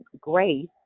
grace